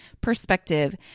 perspective